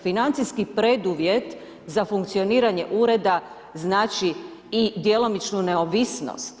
Financijski preduvjet za funkcioniranje ureda znači i djelomičnu neovisnost.